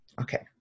Okay